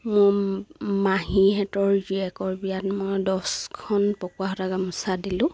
মোৰ মাহীহঁতৰ জীয়েকৰ বিয়াত মই দছখন পকোৱা সূতাৰ গামোচা দিলোঁ